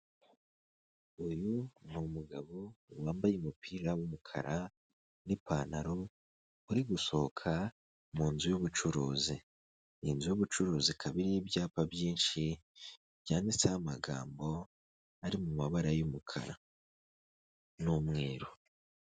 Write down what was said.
Uyu ni umugabo wambaye umupira w'umukara n'ipantaro uri gusohoka mun nzu y'ubucuruzi. Inzu y'ubucuruzi ikaba ariho ibyapa byinshi byanditseho amagambo ari mu mabara y'umukara n'umweru.